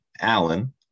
Allen